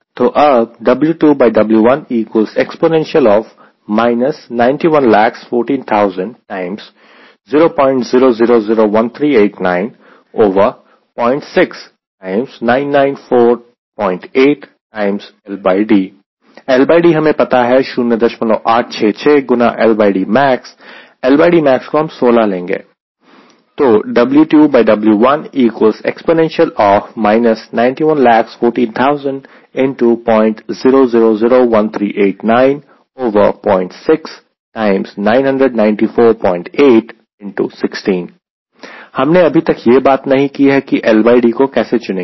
तो अब LD हमें पता है 0866 गुना LDmax LDmax को हम 16 लेंगे हमने अभी तक यह बात नहीं की है कि LD को कैसे चुनेंगे